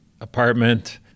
apartment